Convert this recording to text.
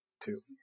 two